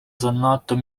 занадто